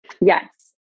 Yes